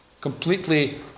completely